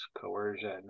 coercion